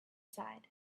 side